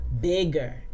bigger